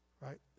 Right